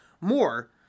more